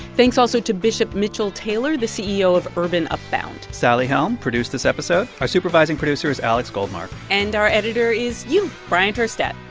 thanks also to bishop mitchell taylor, the ceo of urban upbound sally helm produced this episode. our supervising producer is alex goldmark and our editor is you, bryant urstadt.